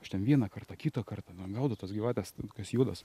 aš ten vieną kartą kitą kartą ten gaudau tas gyvates ten tokias juodas